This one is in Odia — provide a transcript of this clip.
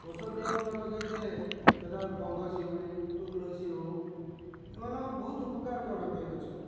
ଔଷଧୀୟ ଗଛ ଲଗେଇଥିଲେ ଯଥା ଗଙ୍ଗଶିଉଳି ତୁଳସୀହେଉ ଏମାନେ ବହୁତ ଉପକାର କରନ୍ତି ଏ ଗଛ